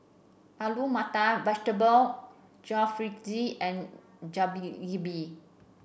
Alu Matar Vegetable Jalfrezi and